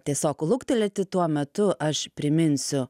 tiesiog luktelėti tuo metu aš priminsiu